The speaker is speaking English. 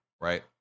right